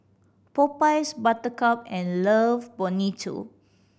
Popeyes Buttercup and Love Bonito